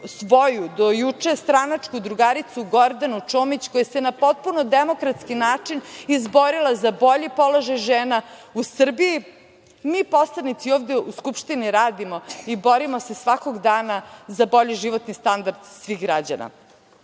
svoju do juče stranačku drugaricu Gordanu Čomić, koja se na potpuno demokratski način izborila za bolji položaj žena u Srbiji, mi poslanici ovde u Skupštini radimo i borimo se svakog dana za bolji životni standard svih građana.